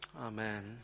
Amen